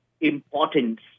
importance